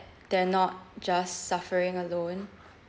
they're not just suffering alone